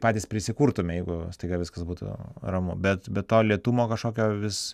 patys prisikurtume jeigu staiga viskas būtų ramu bet bet to lėtumo kažkokio vis